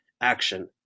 action